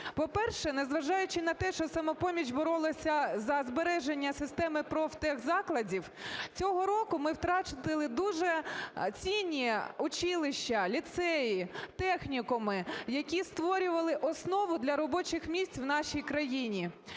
По-перше, незважаючи на те, що "Самопоміч" боролася за збереження системи профтехзакладів, цього року ми втратили дуже цінні училища, ліцеї, технікуми, які створювали основу для робочих місць в нашій країні.